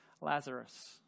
Lazarus